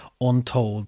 Untold